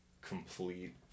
complete